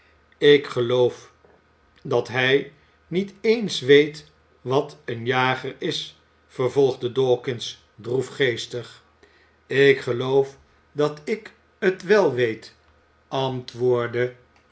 ik geloof dat hij niet eens weet wat een jager is vervolgde dawkins droefgeestig ik geloof dat ik het wel weet antwoordde